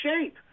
shape